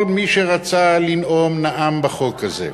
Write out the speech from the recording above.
כל מי שרצה לנאום, נאם בחוק הזה.